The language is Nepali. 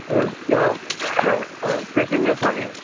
ए त्यो प्यासेन्जर छ नि